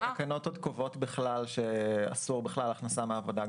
התקנות עוד קובעות שאסור בכלל הכנסה מעבודה.